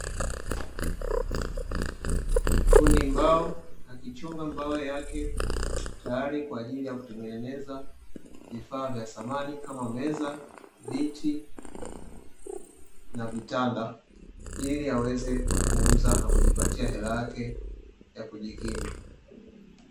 Fundi mbao akichonga mbao yake tayari kwa ajili ya kutengeneza vifaa vya samani, kama meza, viti na vitanda ili aweze kuuza na kujipatia hela yake ya kujikimu.